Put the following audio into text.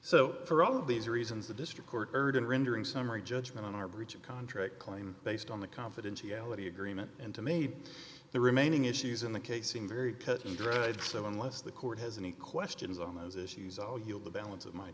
so for all of these reasons the district court heard in rendering summary judgment on our breach of contract claim based on the confidentiality agreement and to me the remaining issues in the case seem very cut and dried so unless the court has any questions on those issues all you'll the balance of my